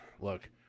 look